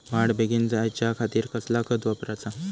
वाढ बेगीन जायच्या खातीर कसला खत वापराचा?